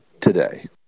today